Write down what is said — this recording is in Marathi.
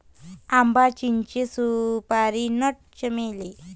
आंबा, चिंचे, सुपारी नट, चमेली